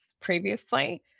previously